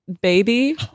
baby